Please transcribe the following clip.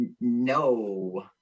No